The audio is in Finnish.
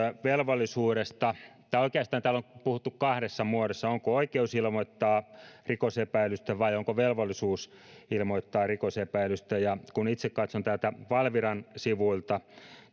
velvollisuudesta tai oikeastaan täällä on puhuttu kahdessa muodossa onko oikeus ilmoittaa rikosepäilystä vai onko velvollisuus ilmoittaa rikosepäilystä kun itse katson tätä valviran sivuilta